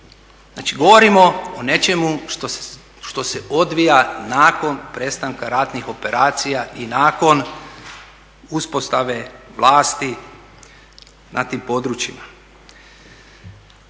govorimo o nečemu što se odvija nakon prestanka ratnih operacija i nakon uspostave vlasti na tim područjima.